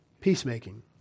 peacemaking